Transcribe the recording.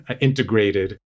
integrated